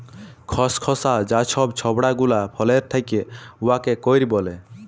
খসখসা যা ছব ছবড়া গুলা ফলের থ্যাকে উয়াকে কইর ব্যলে